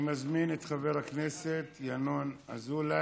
אני מזמין את חבר הכנסת ינון אזולאי.